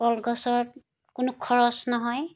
কলগছৰ কোনো খৰচ নহয়